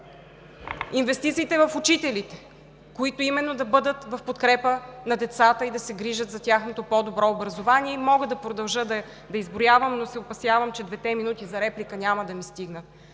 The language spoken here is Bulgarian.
Инвестиции именно в учителите, които да бъдат в подкрепа на децата и да се грижат за тяхното по-добро образование. Мога да продължа да изброявам, но се опасявам, че двете минути за реплика няма да ми стигнат.